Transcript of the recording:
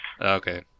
okay